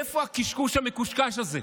מאיפה הקשקוש המקושקש הזה?